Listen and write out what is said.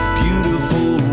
beautiful